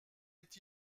est